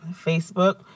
Facebook